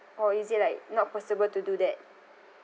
or is it like not possible to do that